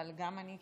אבל גם אני,